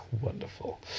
Wonderful